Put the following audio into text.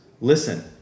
listen